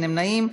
אין נמנעים.